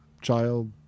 child